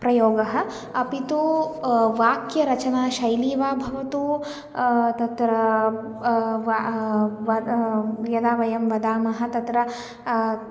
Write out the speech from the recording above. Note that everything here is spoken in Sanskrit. प्रयोगः अपि तु वाक्यरचना शैली वा भवतु तत्र यदा वयं वदामः तत्र